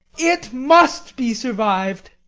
it must be survived.